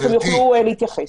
אז הם יוכלו להתייחס.